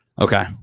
okay